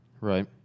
Right